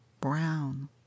brown